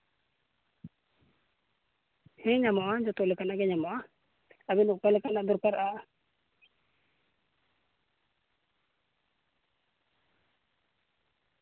ᱦᱮᱸ ᱧᱟᱢᱚᱜᱼᱟ ᱡᱚᱛᱚ ᱞᱮᱠᱟᱱᱟᱜ ᱜᱮ ᱧᱟᱢᱚᱜᱼᱟ ᱟᱹᱵᱤᱱ ᱚᱠᱟᱞᱮᱠᱟᱱᱟᱜ ᱫᱚᱨᱠᱟᱨᱚᱜᱼᱟ